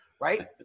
right